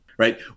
Right